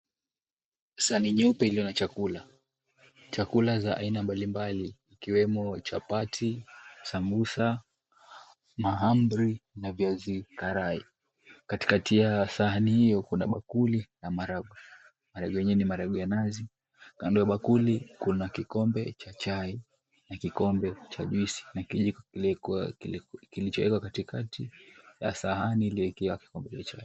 Sahani nyeupe iliyo na chakula. Chakula za aina mbalimbali ikiwemo chapati sambusa mahamri na viazi karai katikati ya sahani hiyo kuna bakuli na maharagwe. Maharagwe yenyewe ni maharagwe ya nazi. Kando ya bakuli kuna kikombe cha chai na kikombe cha juisi na kijiko kilichowekwa katikakati ya sahani